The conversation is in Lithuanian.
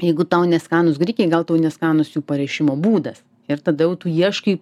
jeigu tau neskanūs grikiai gal tau neskanūs jų parišimo būdas ir tada jau tu ieškai